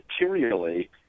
materially